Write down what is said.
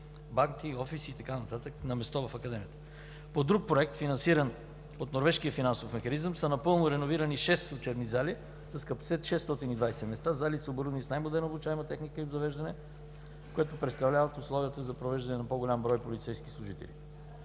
банки, офиси и така нататък, на място в Академията. По друг проект, финансиран от норвежкия финансов механизъм, са напълно реновирани шест учебни зали с капацитет 620 места. Залите са оборудвани с най-модерна обучаема техника и обзавеждане, което представлява условие за провеждане на обучение на по-голям брой полицейски служители.